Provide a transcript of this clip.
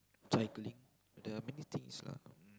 cycling there are many things lah mm